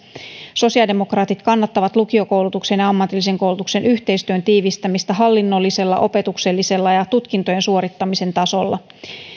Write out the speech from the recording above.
sosiaalidemokraatit kannattavat lukiokoulutuksen ja ammatillisen koulutuksen yhteistyön tiivistämistä hallinnollisella opetuksellisella ja tutkintojen suorittamisen tasolla